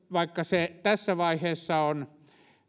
vaikka se tässä vaiheessa on